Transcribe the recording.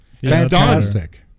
Fantastic